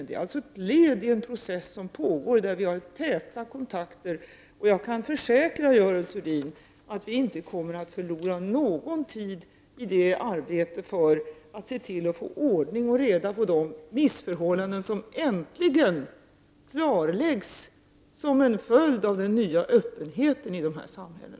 Det är alltså ett led i en process som pågår, där vi har täta kontakter. Jag kan försäkra Görel Thurdin om att vi inte kommer att förlora någon tid i arbetet för att se till att vi får ordning och reda på de missförhållanden som äntligen klarläggs som en följd av den nya öppenheten i östeuropeiska samhällen.